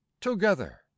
together